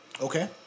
Okay